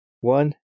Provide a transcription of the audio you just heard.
one